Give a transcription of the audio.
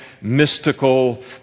mystical